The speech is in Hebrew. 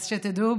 אז שתדעו,